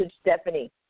Stephanie